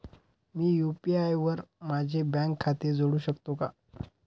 मी UPI वर माझे bank खाते जोडू शकतो का?